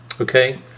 Okay